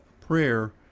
prayer